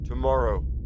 Tomorrow